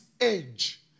age